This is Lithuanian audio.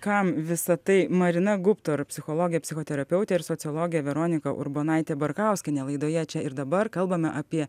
kam visa tai marina gubtor psichologė psichoterapeutė ir sociologė veronika urbonaitė barkauskienė laidoje čia ir dabar kalbame apie